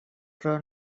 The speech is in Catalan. però